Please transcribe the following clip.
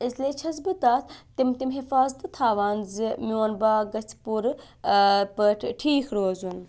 اسلیے چھٮ۪س بہٕ تَتھ تِم تِم حفاظتہٕ تھاوان زِ میون باغ گژھِ پوٗرٕ پٲٹھۍ ٹھیٖک روزُن